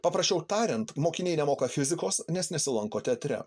paprasčiau tariant mokiniai nemoka fizikos nes nesilanko teatre